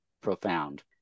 profound